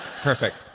perfect